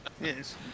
Yes